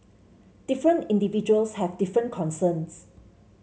different individuals have different concerns